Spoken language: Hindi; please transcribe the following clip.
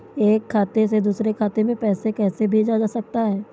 एक खाते से दूसरे खाते में पैसा कैसे भेजा जा सकता है?